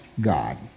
God